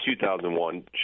2001